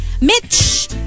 Mitch